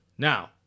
Now